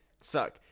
suck